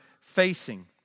facing